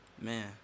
Man